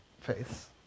face